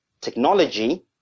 technology